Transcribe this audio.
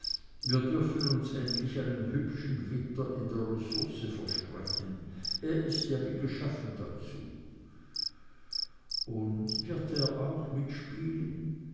wir dürfen uns endlich einen hübschen winter in der ressource versprechen er ist ja wie geschaffen dazu und wird er auch mitspielen